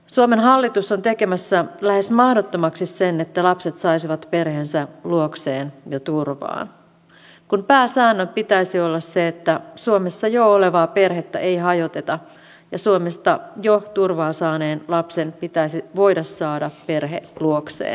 suomen hallitus on tekemässä lähes mahdottomaksi sen että lapset saisivat perheensä luokseen ja turvaan kun pääsäännön pitäisi olla se että suomessa jo olevaa perhettä ei hajoteta ja suomesta jo turvaa saaneen lapsen pitäisi voida saada perhe luokseen